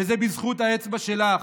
וזה בזכות האצבע שלך,